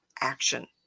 action